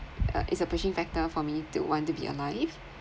uh it's a pushing factor for me to want to be alive